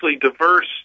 diverse